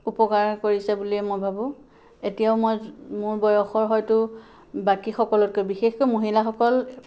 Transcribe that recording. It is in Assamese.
উপকাৰ কৰিছে বুলিয়ে মই ভাবোঁ এতিয়াও মই মোৰ বয়সৰ হয়তো বাকীসকলতকৈ বিশেষকৈ মহিলাসকল